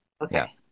Okay